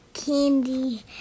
Candy